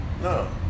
no